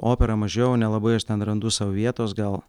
opera mažiau nelabai aš ten randu sau vietos gal